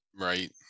Right